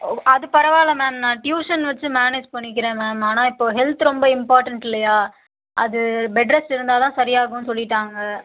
ஓ அது பரவால்லை மேம் நான் ட்யூஷன் வச்சு மேனேஜ் பண்ணிக்கிறேன் மேம் ஆனால் இப்போ ஹெல்த்து ரொம்ப இம்பார்ட்டண்ட் இல்லையா அது பெட் ரெஸ்ட் இருந்தால் தான் சரியாகும்னு சொல்லிட்டாங்கள்